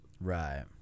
Right